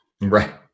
Right